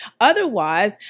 Otherwise